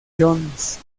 jones